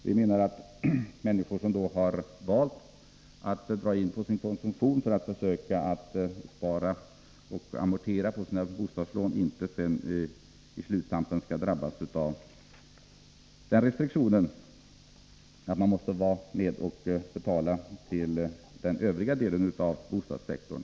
Vi menar att människor som valt att dra in på sin konsumtion för att försöka spara och amortera på sina bostadslån inte i senare skede skall drabbas av att behöva vara med och betala till den övriga delen av bostadssektorn.